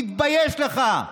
תתבייש לך.